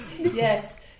yes